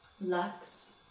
Lux